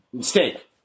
Steak